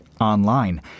online